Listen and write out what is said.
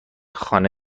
خانه